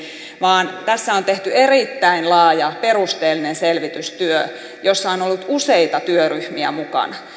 vaan tässä on tehty erittäin laaja perusteellinen selvitystyö jossa on ollut useita työryhmiä mukana